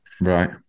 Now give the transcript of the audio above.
Right